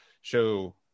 show